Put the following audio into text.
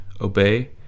obey